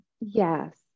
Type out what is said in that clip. Yes